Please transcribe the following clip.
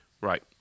right